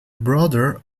brother